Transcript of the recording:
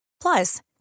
Plus